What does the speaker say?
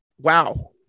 wow